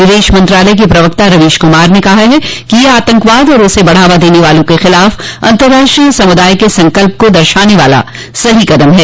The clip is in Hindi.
विदेश मंत्रालय के प्रवक्ता रवीश कुमार ने कहा कि यह आतंकवाद और उसे बढ़ावा देने वालों के खिलाफ अंतर्राष्ट्रीय समुदाय के संकल्प को दर्शाने वाला सही कदम है